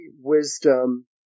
wisdom